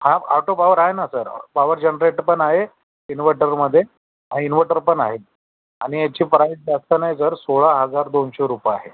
हा auto power आहे ना सर पॉवर जनरेटर पण आहे इन्व्हटरमध्ये हा इन्व्हटर पण आहे आणि याची प्राईज जास्त नाही सर सोळा हजार दोनशे रुपये आहे